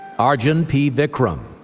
arjun p. vikram,